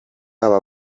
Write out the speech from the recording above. aba